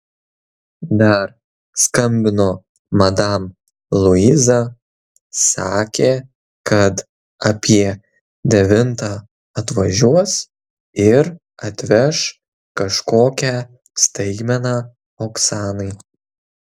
dar skambino madam luiza sakė kad apie devintą atvažiuos ir atveš kažkokią staigmeną oksanai